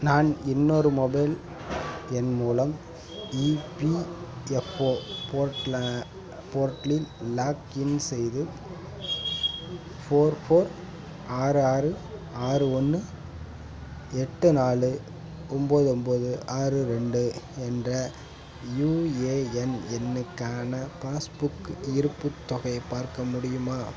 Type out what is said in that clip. நான் இன்னொரு மொபைல் எண் மூலம் இபிஎஃப்ஓ போர்ட்டலில் லாக்இன் செய்து ஃபோர் ஃபோர் ஆறு ஆறு ஆறு ஒன்று எட்டு நாலு ஒம்போது ஒம்போது ஆறு ரெண்டு என்ற யுஏஎன் எண்ணுக்கான பாஸ்புக் இருப்புத் தொகையை பார்க்க முடியுமா